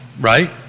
Right